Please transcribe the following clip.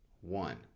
one